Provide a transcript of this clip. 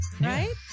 right